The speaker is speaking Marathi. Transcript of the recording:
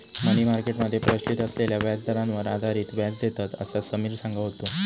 मनी मार्केट मध्ये प्रचलित असलेल्या व्याजदरांवर आधारित व्याज देतत, असा समिर सांगा होतो